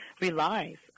relies